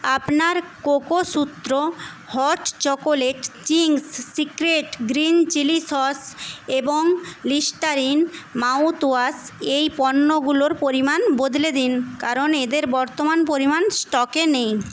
আপনার Cocosutra hot chocolate Ching's secret green chilli sauce এবং Listerine mouthwash এই পণ্যগুলোর পরিমাণ বদলে দিন কারণ এদের বর্তমান পরিমাণ স্টকে নেই